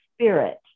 spirit